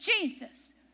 Jesus